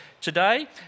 today